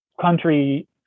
country